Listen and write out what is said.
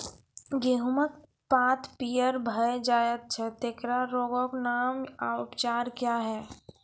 गेहूँमक पात पीअर भअ जायत छै, तेकरा रोगऽक नाम आ उपचार क्या है?